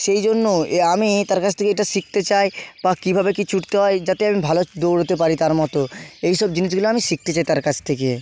সেই জন্য এ আমি তার কাছ থেকে এটা শিখতে চাই বা কীভাবে কী ছুটতে হয় যাতে আমি ভালো দৌড়োতে পারি তার মতো এইসব জিনিসগুলো আমি শিখতে চাই তাঁর কাছ থেকে